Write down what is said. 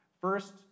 First